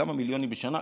כמה מיליונים בשנה?